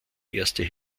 erste